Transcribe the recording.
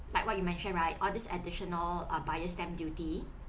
like what you mentioned right all these additional buyer's stamp duty